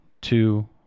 two